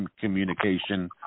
communication